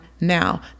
now